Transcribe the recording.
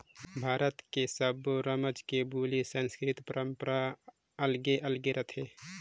भारत के सब्बो रामज के बोली, संस्कृति, परंपरा अलगे अलगे रथे